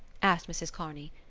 asked mrs. kearney.